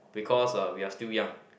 because uh we are still young